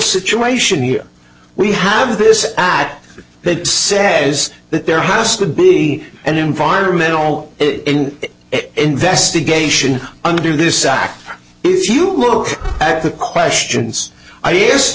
situation here we have this ad that says that there has to be an environmental investigation under this act if you look at the questions i a